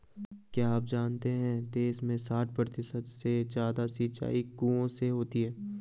क्या आप जानते है देश में साठ प्रतिशत से ज़्यादा सिंचाई कुओं से होती है?